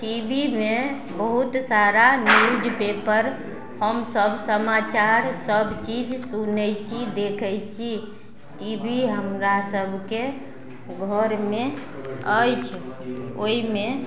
T V मे बहुत सारा न्यूज पेपर हमसब समाचार सब चीज सुनय छी देखय छी टी वी हमरा सबके घरमे अछि ओइमे